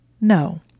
No